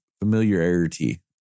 Familiarity